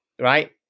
Right